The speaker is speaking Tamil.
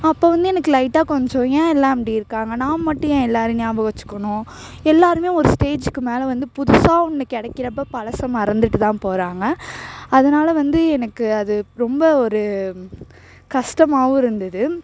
அப்போ வந்து எனக்கு லைட்டாக கொஞ்சம் ஏன் எல்லாம் இப்படி இருக்காங்க நான் மட்டும் ஏன் எல்லோரையும் ஞாபகம் வச்சிக்கணும் எல்லோருமே ஒரு ஸ்டேஜுக்கு மேலே வந்து புதுசாக ஒன்று கிடைக்கிறப்ப பழச மறந்துட்டுதான் போகிறாங்க அதனால வந்து எனக்கு அது ரொம்ப ஒரு கஷ்டமாகவும் இருந்தது